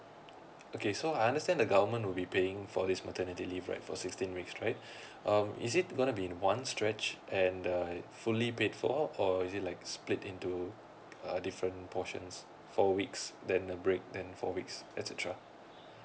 okay so I understand the government will be paying for this maternity leave right for sixteen weeks right um is it going to be in one stretched and uh fully paid for or is it like split into uh different portions four weeks then a break then four weeks etcetera